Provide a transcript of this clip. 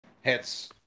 hits